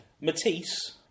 Matisse